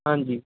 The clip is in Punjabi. ਹਾਂਜੀ